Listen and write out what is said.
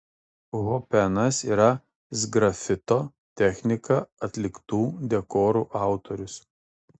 hopenas yra sgrafito technika atliktų dekorų autorius